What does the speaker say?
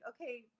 okay